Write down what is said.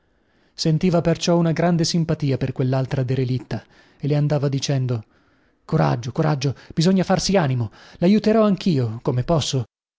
sentiva perciò una grande simpatia per quellaltra derelitta e le andava dicendo coraggio coraggio bisogna farsi animo laiuterò anchio come posso